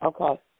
Okay